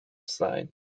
sein